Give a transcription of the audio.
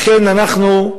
לכן אנחנו,